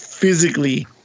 Physically